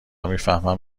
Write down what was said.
میفهمم